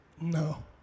No